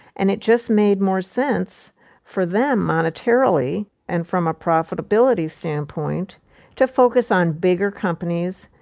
and it just made more sense for them monetarily and from a profitability standpoint to focus on bigger companies,